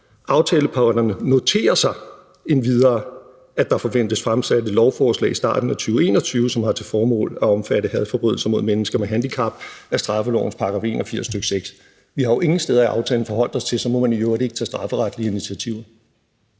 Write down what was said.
»Aftaleparterne noterer sig endvidere, at der forventes fremsat et lovforslag i starten af 2021, der har til formål at omfatte hadforbrydelser mod mennesker med handicap af straffelovens § 81, nr. 6.« Vi har jo ingen steder i aftalen forholdt os til, at man i øvrigt ikke må tage strafferetlige initiativer.